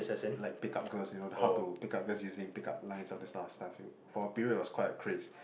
like pick up girls you know how to pick up girls using pick up lines all these type of stuff for a period it will quite a craze